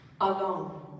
alone